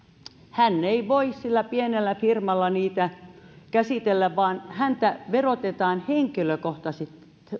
hän ei voi sillä pienellä firmalla niitä käsitellä vaan häntä verotetaan henkilökohtaisesti